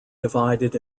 divided